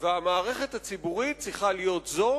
והמערכת הציבורית צריכה להיות זו